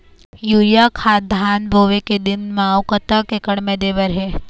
Urea खाद धान बोवे के दिन म अऊ कतक एकड़ मे दे बर हे?